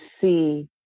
see